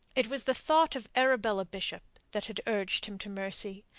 it was the thought of arabella bishop that had urged him to mercy,